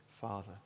Father